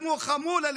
כמו חמולה,